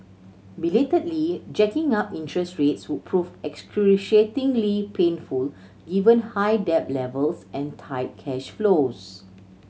belatedly jacking up interest rates would prove excruciatingly painful given high debt levels and tight cash flows